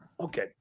Okay